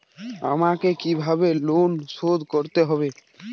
আমাকে কিভাবে লোন শোধ করতে হবে?